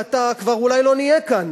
אני ואתה כבר אולי לא נהיה כאן